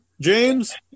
James